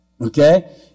okay